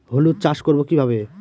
হলুদ চাষ করব কিভাবে?